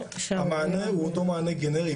המענה הוא אותו מענה גנרי.